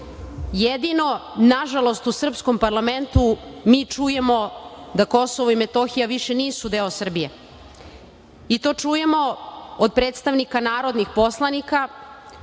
nažalost, u srpskom parlamentu mi čujemo da KiM više nisu deo Srbije i to čujem od predstavnika narodnih poslanika